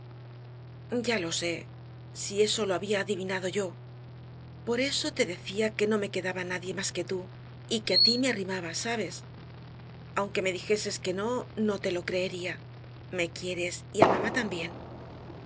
ya lo sé si eso lo había adivinado yo por eso te decía que no me quedaba nadie más que tú y que á ti me arrimaba sabes aunque me dijeses que no no te lo creería me quieres y á mamá también